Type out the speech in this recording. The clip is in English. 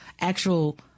actual